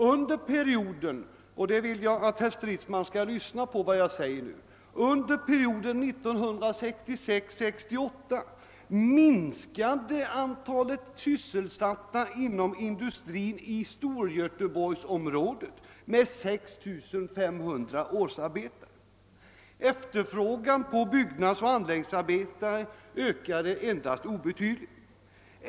Under perioden 1966—1968 — och jag vill att herr Stridsman lyssnar på vad jag nu säger — minskade antalet sysselsatta inom industrin i Storgöteborgsområdet med 6 500 årsarbetare. Efterfrågan på byggnadsoch anläggningsarbetare ökade endast obetydligt.